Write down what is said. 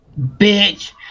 bitch